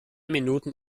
minuten